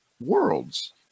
worlds